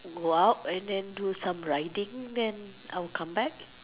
go out and then do some riding then I will come back